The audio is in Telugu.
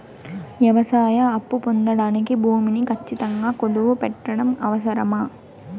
వ్యవసాయ అప్పు పొందడానికి భూమిని ఖచ్చితంగా కుదువు పెట్టడం అవసరమా?